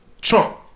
Trump